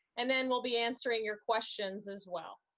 and then we'll be answering your questions as well.